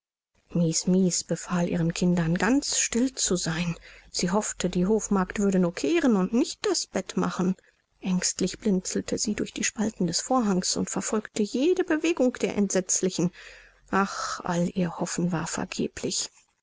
befahl ihren kindern ganz still zu sein sie hoffte die hofmagd würde nur kehren und nicht das bett machen ängstlich blinzelte sie durch die spalten des vorhangs und verfolgte jede bewegung der entsetzlichen ach all ihr hoffen war vergeblich